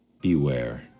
Beware